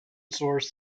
source